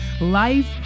life